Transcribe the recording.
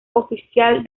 oficial